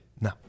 No